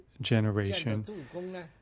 generation